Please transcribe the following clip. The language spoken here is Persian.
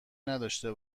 نداشته